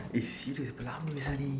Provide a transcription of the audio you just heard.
eh serious berapa lama sia ni